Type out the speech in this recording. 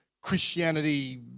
Christianity